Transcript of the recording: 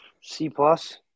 C-plus